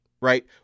right